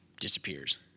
disappears